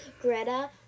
Greta